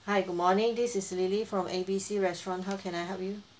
hi good morning this is lily from A B C restaurant how can I help you